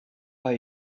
pas